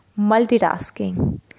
multitasking